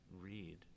read